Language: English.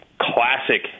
classic